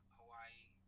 Hawaii